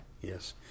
Yes